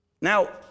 Now